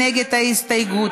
מי נגד ההסתייגות?